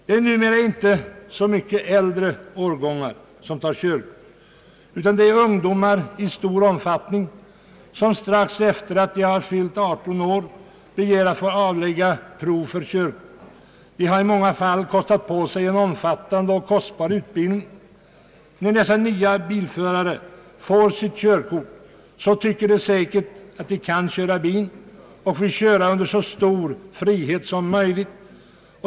Det är numera inte så många människor av äldre årgång som tar körkort, utan det är i stor omfattning ungdomar som strax efter att ha fyllt 18 år begär att få avlägga prov för körkort. De har i många fall kostat på sig en dyrbar och omfattande utbildning. När de får sitt körkort tror de säkert att de kan köra bil och har rätt att köra under så stor frihet som möjligt.